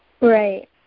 Right